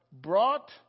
brought